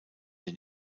den